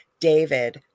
David